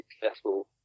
successful